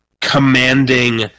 commanding